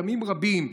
ימים רבים.